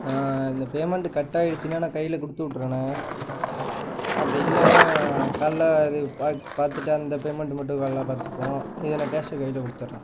இந்த payment cut ஆயிடுச்சினால் நான் கையில் கொடுத்து விட்டுறண்ணே அப்படி இல்லைனா காலைல இது பாத் பார்த்துட்டு அந்த பேமெண்ட் மட்டும் காலைல பார்த்துப்போம் இதை நான் கேஷை கையில் கொடுத்துட்றேன்